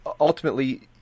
ultimately